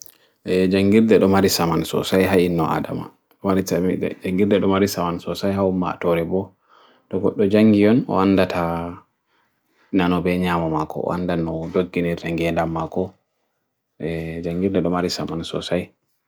jangir dhe domari saman sosai hai innu adama. jangir dhe domari saman sosai hai maa torebo. doko dhe jangiyon oanda tha nano benya mamako, oanda no dutkinir renge dhammako. jangir dhe domari saman sosai.